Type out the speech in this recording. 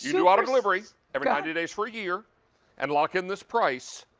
you know auto-delivery, every ninety days for a year and lock in this price.